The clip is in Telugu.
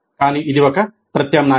కానీ ఇది ఒక ప్రత్యామ్నాయం